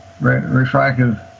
refractive